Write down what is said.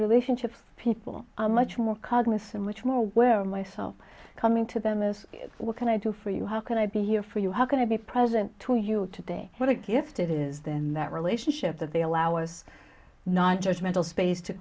relationships people are much more cognizant much more aware myself coming to them of what can i do for you how can i be here for you have going to be present to you today what a gift it is then that relationship that they allow us nonjudgmental space to